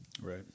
Right